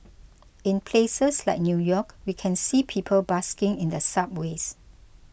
in places like New York we can see people busking in the subways